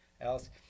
else